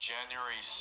January